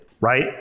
right